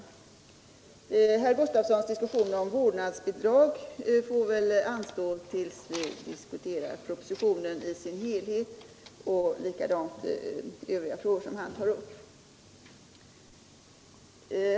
Herr Gustavssons i Alvesta diskussion om vårdnadsbidrag får väl anstå tills vi diskuterar propositionen i dess helhet. Detsamma gäller övriga frågor som han tar upp.